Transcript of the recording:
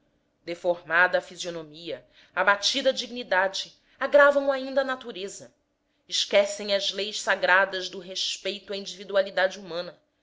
deformada a fisionomia abatida a dignidade agravam ainda a natureza esquecem as leis sagradas do respeito à individualidade humana